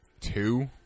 Two